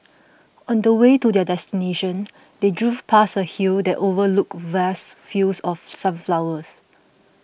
on the way to their destination they drove past a hill that overlooked vast fields of sunflowers